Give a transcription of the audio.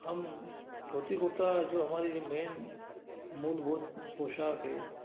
हम धोती कुर्ता जो हमारे लिए मेन मूलभूत पोशाक है